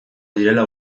direla